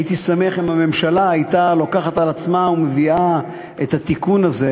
הייתי שמח אם הממשלה הייתה לוקחת על עצמה ומביאה את התיקון הזה.